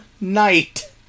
night